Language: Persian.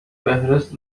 فهرست